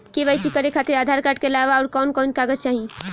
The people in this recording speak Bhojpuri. के.वाइ.सी करे खातिर आधार कार्ड के अलावा आउरकवन कवन कागज चाहीं?